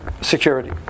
security